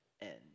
end